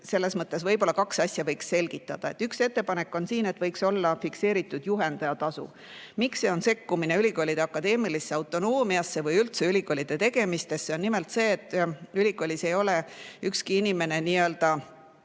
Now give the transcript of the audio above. Selles mõttes võiks kahte asja selgitada. Üks ettepanek on siin, et võiks olla fikseeritud juhendajatasu. Miks see on sekkumine ülikoolide akadeemilisse autonoomiasse või üldse ülikoolide tegemistesse? Nimelt, ülikoolis ei ole ükski inimene lihtsalt